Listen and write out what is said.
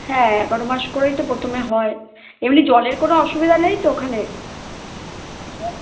হ্যাঁ এগারো মাস করেই তো প্রথমে হয় এমনি জলের কোনো অসুবিধা নেই তো ওখানে